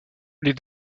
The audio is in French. les